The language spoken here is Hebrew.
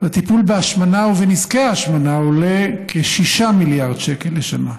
והטיפול בהשמנה ובנזקי ההשמנה עולה כ-6 מיליארד שקל לשנה.